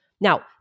Now